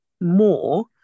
more